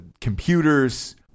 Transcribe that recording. Computers